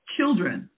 Children